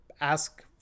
ask